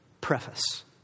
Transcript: preface